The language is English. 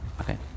Okay